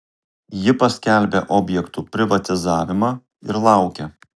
ji paskelbia objektų privatizavimą ir laukia